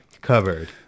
covered